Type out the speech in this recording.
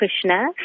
Krishna